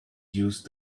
used